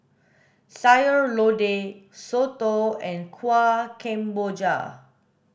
sayur lodeh soto and kuih kemboja